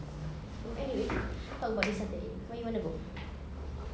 anyway talk about this saturday where do you wanna go